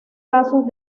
casos